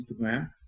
Instagram